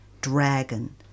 dragon